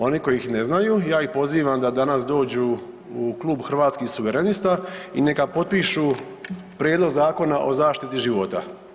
Oni koji ne znaju, ja ih pozivam da danas dođu u klub Hrvatskih suverenista i neka potpišu Prijedlog Zakona o zaštiti života.